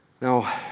Now